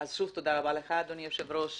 אז שוב, תודה רבה לך אדוני היושב ראש.